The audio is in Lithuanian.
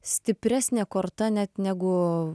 stipresnė korta net negu